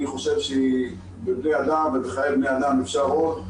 אני חושב שבחיי בני אדם אפשר עוד,